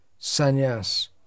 sannyas